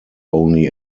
only